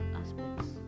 aspects